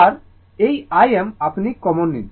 আর এই Im আপনি common নিন